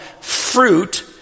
fruit